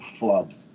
flubs